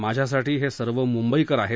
माझ्यासाठी हे सर्व मुद्धिकर आहेत